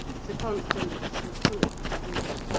sir constans was full of his fruit.